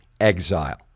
exile